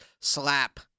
slap